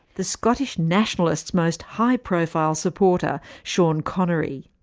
the scottish nationalists' most high-profile supporter, sean connery.